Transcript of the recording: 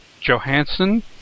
Johansson